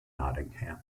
nottingham